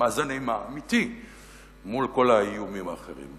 כמאזן אימה אמיתי מול כל האיומים האחרים.